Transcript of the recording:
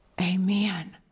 Amen